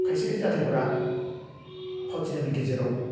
खायसे खायसे जाथायफ्रा फावथिनानि गेजेराव